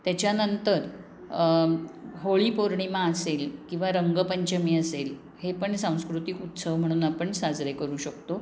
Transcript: त्याच्यानंतर होळी पौर्णिमा असेल किंवा रंगपंचमी असेल हे पण सांस्कृतिक उत्सव म्हणून आपण साजरे करू शकतो